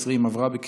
המציע